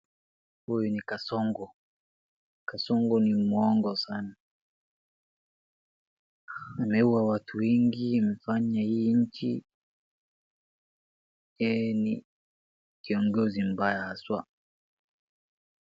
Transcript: Huyu ni Kasongo, Kasongo ni muongo sana. Ameua watu wengi, amefanya hii nchi, yeye ni kiongozi mbaya haswa.